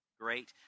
Great